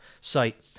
site